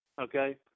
Okay